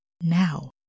now